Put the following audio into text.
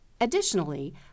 Additionally